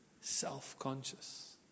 self-conscious